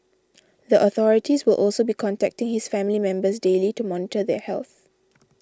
the authorities will also be contacting his family members daily to monitor their health